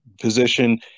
position